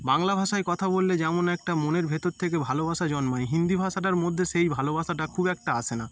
বাংলা ভাষায় কথা বললে যেমন একটা মনের ভিতর থেকে ভালোবাসা জন্মায় হিন্দি ভাষাটার মধ্যে সেই ভালোবাসাটা খুব একটা আসে না